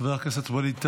חבר הכנסת ווליד טאהא,